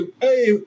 hey